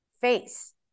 face